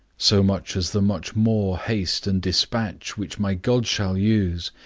so much as the much more haste and despatch, which my god shall use,